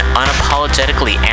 unapologetically